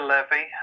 Levy